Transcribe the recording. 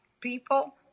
people